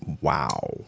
Wow